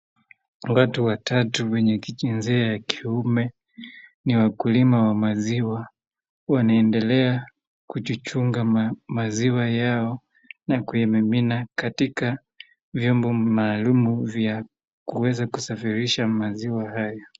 Watu watatu wenye kijinsia ya kiume, ni wakulima wa maziwa wanaendelea kujichunga na maziwa yao na kuimimina katika vyombo maalum vya kuweza kusafirisha maziwa haya.